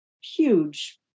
huge